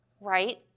right